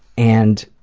and